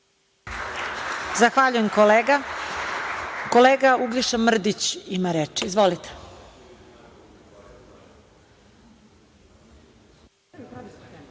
Zahvaljujem, kolega. Kolega Uglješa Mrdić ima reč. Izvolite.